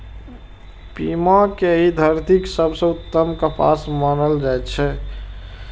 पीमा कें एहि धरतीक सबसं उत्तम कपास मानल जाइ छै